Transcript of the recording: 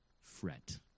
fret